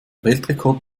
weltrekord